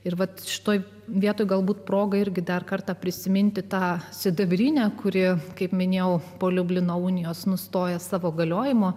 ir vat šitoje vietoj galbūt proga irgi dar kartą prisiminti tą sidabrinę kurie kaip minėjau po liublino unijos nustoja savo galiojimo